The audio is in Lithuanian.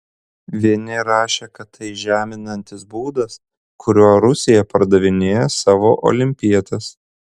vieni rašė kad tai žeminantis būdas kuriuo rusija pardavinėja savo olimpietes